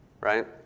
right